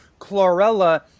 Chlorella